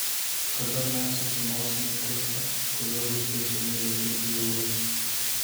kada mes sužinosime kursą kuriuo bus keičiami litai į eurus